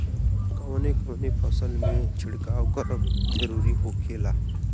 कवने कवने फसल में छिड़काव करब जरूरी होखेला?